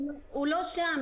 הוא לא שם.